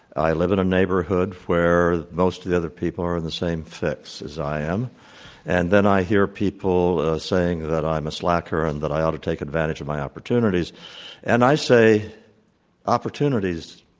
i live in a neighborhood where most of the other people are in the same fix as i am and then i hear people saying that i'm a slacker and that i ought to take advantage of my opportunities and i say opportunities?